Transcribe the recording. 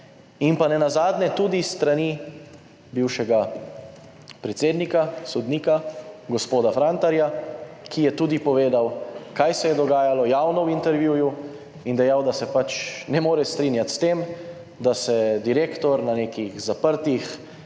Pa nenazadnje tudi s strani bivšega predsednika, sodnika, gospoda Frantarja ki je tudi povedal, kaj se je dogajalo, javno v intervjuju, in dejal, da se pač ne more strinjati s tem, da se direktor na nekih zaprtih,